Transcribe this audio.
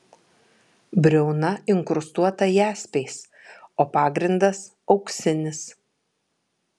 briauna inkrustuota jaspiais o pagrindas auksinis